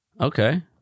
Okay